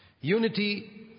Unity